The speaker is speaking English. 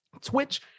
Twitch